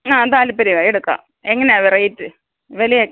ആ താല്പര്യമാണ് എടുക്കാം എങ്ങനെയാണ് റേറ്റ് വിലയൊക്കെ